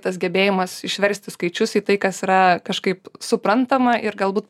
tas gebėjimas išversti skaičius į tai kas yra kažkaip suprantama ir galbūt